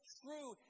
true